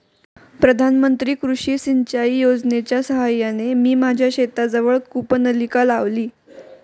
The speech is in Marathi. प्रधानमंत्री कृषी सिंचाई योजनेच्या साहाय्याने मी माझ्या शेताजवळ कूपनलिका लावली